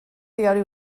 diari